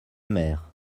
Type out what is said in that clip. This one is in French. mère